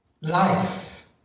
Life